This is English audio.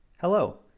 Hello